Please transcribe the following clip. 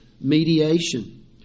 mediation